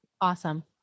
Awesome